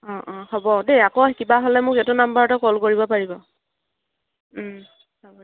অঁ অঁ হ'ব দেই আকৌ কিবা হ'লে মোক এইটো নাম্বাৰতে কল কৰিব পাৰিব হ'ব দিয়ক